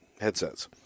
headsets